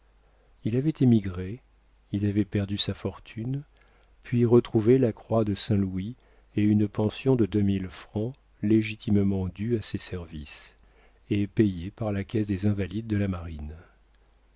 il avait émigré il avait perdu sa fortune puis retrouvé la croix de saint-louis et une pension de deux mille francs légitimement due à ses services et payée par la caisse des invalides de la marine